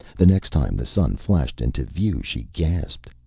the next time the sun flashed into view she gasped.